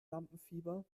lampenfieber